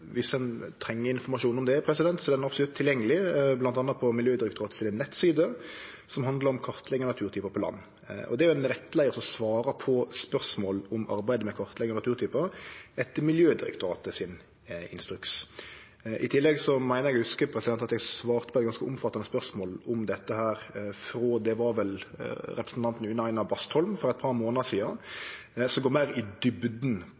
viss ein treng informasjon om det, er han absolutt tilgjengeleg, bl.a. på nettsidene til Miljødirektoratet som handlar om kartlegging av naturtypar på land. Og det er jo ein rettleiar som svarar på spørsmål om arbeidet med kartlegging av naturtypar etter Miljødirektoratets instruks. I tillegg meiner eg å hugse at eg svarte på eit ganske omfattande spørsmål om dette, det var vel frå representanten Une Aina Bastholm, for eit par månader sidan, som går meir i